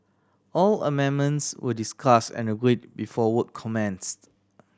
all amendments were discuss and agreed before work commenced